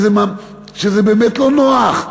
שזה באמת לא נוח,